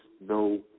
no